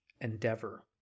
endeavor